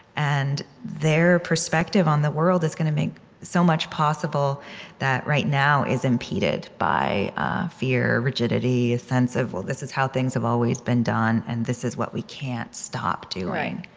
and their perspective on the world is going to make so much possible that right now is impeded by fear, rigidity, a sense of well, this is how things have always been done, and this is what we can't stop doing.